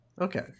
Okay